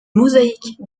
mosaïque